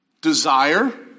Desire